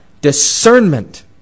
discernment